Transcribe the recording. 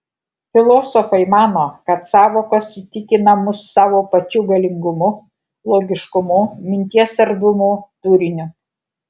filosofai mano kad sąvokos įtikina mus savo pačių galingumu logiškumu minties erdvumu turiniu